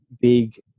big